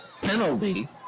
penalty